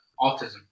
autism